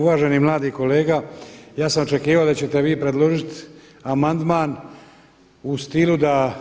Uvaženi mladi kolega, ja sam očekivao da ćete vi predložiti amandman u stilu da